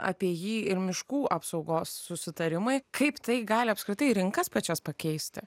apie jį ir miškų apsaugos susitarimai kaip tai gali apskritai rinkas pačios pakeisti